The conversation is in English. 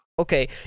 okay